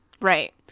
Right